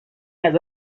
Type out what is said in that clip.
ازت